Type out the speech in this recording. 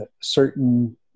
certain